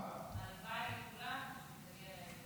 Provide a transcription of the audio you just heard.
הלוואי לכולנו שהיא תגיע לעליון.